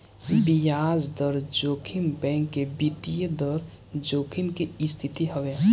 बियाज दर जोखिम बैंक के वित्तीय दर जोखिम के स्थिति हवे